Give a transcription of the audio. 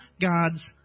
God's